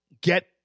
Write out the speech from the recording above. get